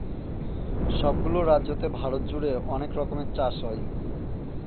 সব গুলো রাজ্যতে ভারত জুড়ে অনেক রকমের চাষ হয়